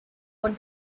what